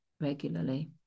regularly